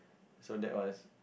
so that was